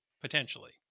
Potentially